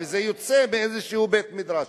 וזה יוצא מאיזה בית-מדרש.